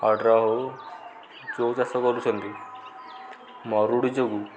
ହଡ଼ର ହଉ ଯେଉଁ ଚାଷ କରୁଛନ୍ତି ମରୁଡ଼ି ଯୋଗୁଁ